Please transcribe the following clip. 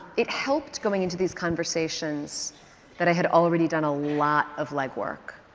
it helped going into these conversations that i had already done a lot of legwork.